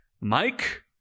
Mike